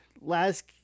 last